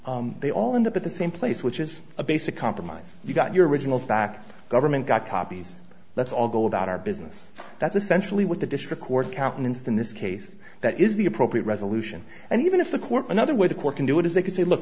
east they all end up at the same place which is a basic compromise you got your originals back government got copies let's all go about our business that's essentially what the district court countenanced in this case that is the appropriate resolution and even if the court another way the court can do it is they